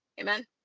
amen